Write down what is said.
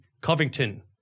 Covington